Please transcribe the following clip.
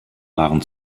waren